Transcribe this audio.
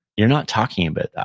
you're not talking about that.